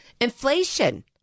inflation